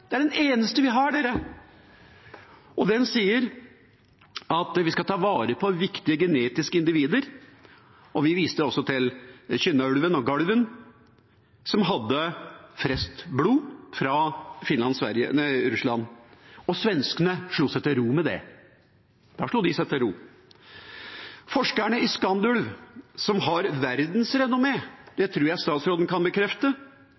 Det er den eneste vi har, og den sier at vi skal ta vare på genetisk viktige individer. Vi viste også til Kynna-ulven og Galven-ulven, som hadde friskt blod fra Finland/Russland, og svenskene slo seg til ro med det. Da slo de seg til ro. Forskerne i SKANDULV, som har verdensrenommé, det tror jeg statsråden kan bekrefte